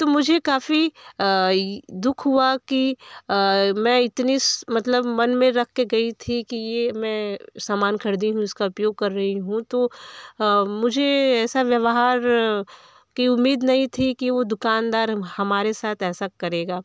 तो मुझे काफ़ी ई दुख हुआ कि मैं इतनी मतलब मन में रखकर गई थी कि यह मैं सामान ख़रीदी हूँ उसका उपयोग कर रही हूँ तो मुझे ऐसा व्यवहार की उम्मीद नहीं थी कि वह दुकानदार हमारे साथ ऐसा करेगा